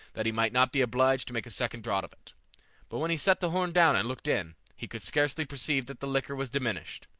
that he might not be obliged to make a second draught of it but when he set the horn down and looked in, he could scarcely perceive that the liquor was diminished.